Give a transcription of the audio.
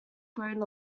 grown